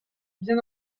bien